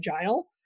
agile